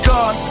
God